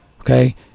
okay